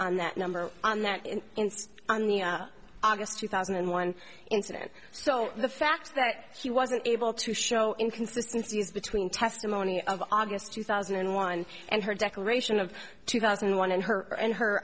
on that number on that insist on the august two thousand and one incident so the fact that she wasn't able to show inconsistency between testimony of august two thousand and one and her declaration of two thousand and one in her and her